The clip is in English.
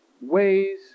ways